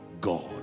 God